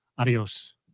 Adiós